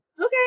okay